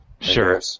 sure